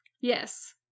Yes